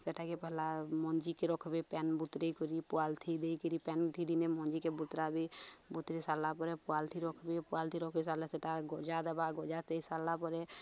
ସେଟାକେ ପିଲ ମଞ୍ଜିିକେ ରଖ୍ବେ ପାନ୍ ବତୁରେଇ କରି ପୁଆଲ ଥୋଇ ଦେଇକିରି ପେନ୍ ଥି ଦିନେ ମଞ୍ଜି ବୁତରା ବିି ବୁତରେ ସାରିଲା ପରେ ପୁଆଲଥି ରଖିବି ପୁଆଲଥି ରଖି ସାରିଲା ସେଟା ଗଜା ଦେବା ଗଜା ଦେଇ ସାରିଲା ପରେ